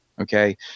Okay